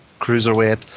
cruiserweight